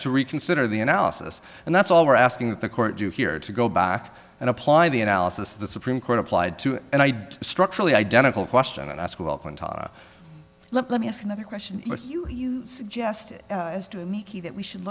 to reconsider the analysis and that's all we're asking the court to hear to go back and apply the analysis the supreme court applied to and i structurally identical question and ask let me ask another question if you suggest to me that we should